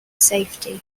safety